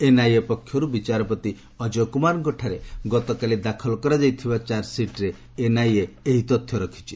NIA ପକ୍ଷରୁ ବିଚାରପତି ଅଜ୍ଞୟକୁମାରଙ୍କଠାରେ ଗତକାଲି ଦାଖଲ କରାଯାଇଥିବା ଚାର୍କସିଟ୍ରେ ଏନ୍ଆଇଏ ଏହି ତଥ୍ୟ ରଖିଛି